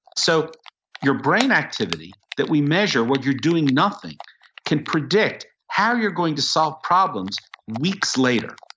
so your brain activity that we measure when you're doing nothing can predict how you're going to solve problems weeks later.